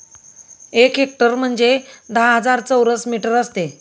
एक हेक्टर म्हणजे दहा हजार चौरस मीटर असते